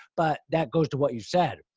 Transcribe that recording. but that goes to what you said.